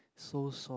so soft